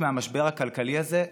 הכלכלה שלנו צריכה את